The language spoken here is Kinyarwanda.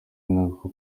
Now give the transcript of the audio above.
nko